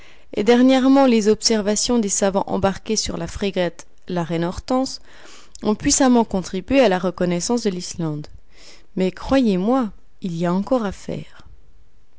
et dernièrement les observations des savants embarqués sur la frégate la reine hortense ont puissamment contribué à la reconnaissance de l'islande mais croyez-moi il y a encore à faire